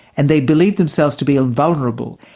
and they believed themselves to be invulnerable,